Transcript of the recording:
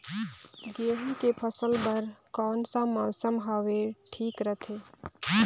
गहूं के फसल बर कौन सा मौसम हवे ठीक रथे?